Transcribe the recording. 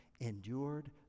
endured